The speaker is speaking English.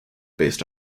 based